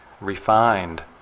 refined